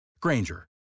Granger